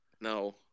No